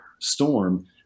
storm